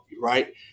right